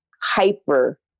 hyper